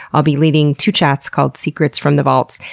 i'll be leading two chats called secrets from the vaults.